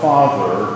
Father